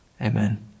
Amen